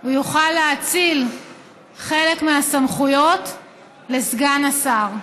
הוא יוכל להאציל חלק מהסמכויות לסגן השר.